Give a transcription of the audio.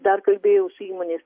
dar kalbėjau su įmonės